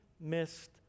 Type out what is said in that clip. missed